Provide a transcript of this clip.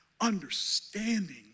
understanding